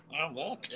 Okay